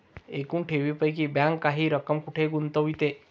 एकूण ठेवींपैकी बँक काही रक्कम कुठे गुंतविते?